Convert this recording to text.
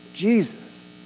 Jesus